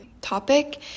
topic